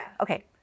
okay